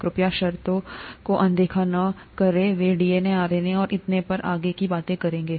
कृपया शर्तों को अनदेखा करें वे डीएनए आरएनए और इतने पर और आगे की बात करेंगे